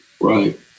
Right